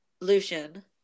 lucian